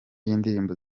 y’indirimbo